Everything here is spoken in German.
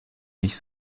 nicht